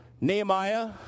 Nehemiah